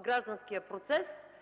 гражданския процес,